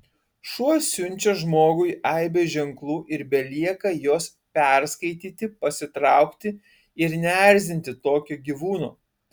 šuo siunčia žmogui aibę ženklų ir belieka juos perskaityti pasitraukti ir neerzinti tokio gyvūno